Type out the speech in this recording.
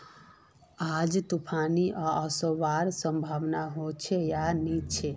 आज तूफ़ान ओसवार संभावना होचे या नी छे?